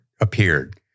appeared